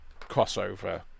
crossover